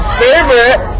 favorite